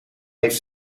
heeft